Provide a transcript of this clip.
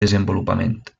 desenvolupament